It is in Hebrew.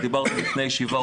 דיברתי לפני הישיבה,